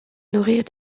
nourrit